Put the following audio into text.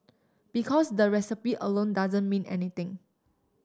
because the recipe alone doesn't mean anything